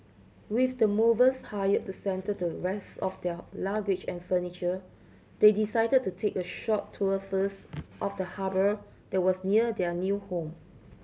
with the movers hired to settle the rest of their luggage and furniture they decided to take a short tour first of the harbour that was near their new home